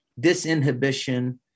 disinhibition